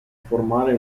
formare